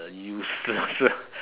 useless ah